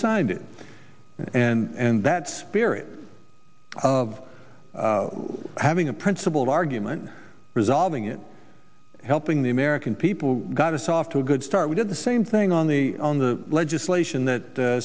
signed it and that spirit of having a principled argument resolving it helping the american people got us off to a good start we did the same thing on the on the legislation that